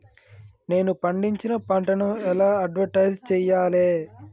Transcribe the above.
నేను పండించిన పంటను ఎలా అడ్వటైస్ చెయ్యాలే?